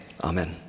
amen